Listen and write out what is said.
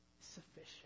sufficient